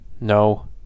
No